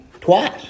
Twice